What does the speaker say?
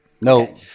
No